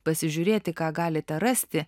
pasižiūrėti ką galite rasti